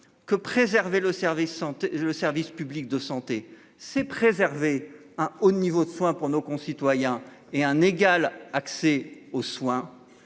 santé le service public de santé c'est préserver au niveau de soins pour nos concitoyens et un égal accès aux soins